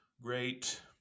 Great